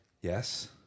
Yes